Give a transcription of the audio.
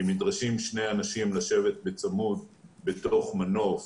אם נדרשים שני אנשים לשבת בצמוד בתוך מנוף,